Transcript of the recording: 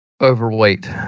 overweight